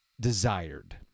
desired